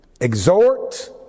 Exhort